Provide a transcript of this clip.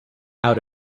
out